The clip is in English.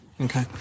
Okay